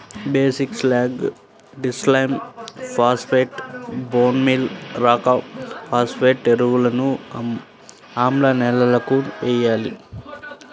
basic slag, డిక్లైమ్ phosphate, bone meal rock phosphate ఎరువులను ఆమ్ల నేలలకు వేయాలి